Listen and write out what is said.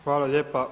Hvala lijepa.